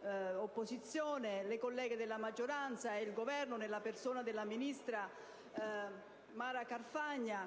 dell'opposizione, le colleghe della maggioranza e il Governo, nella persona della ministra Mara Carfagna,